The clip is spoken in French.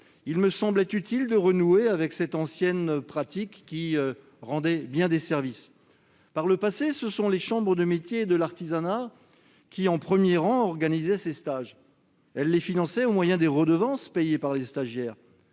il m'a semblé utile de renouer avec cette ancienne pratique, qui rendait bien des services. Auparavant, c'étaient les chambres de métiers et de l'artisanat qui, en premier rang, organisaient ces stages, qu'elles finançaient au moyen des redevances payées par les stagiaires.